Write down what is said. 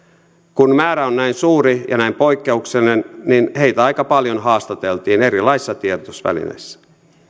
kun määrä on näin suuri ja näin poikkeuksellinen niin heitä aika paljon haastateltiin erilaisissa tiedotusvälineissä